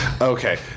Okay